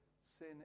sin